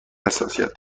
حساسیت